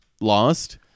Lost